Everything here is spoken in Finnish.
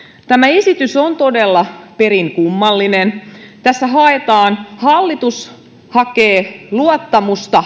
tämä esitys on todella perin kummallinen tässä hallitus hakee luottamusta